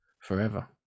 forever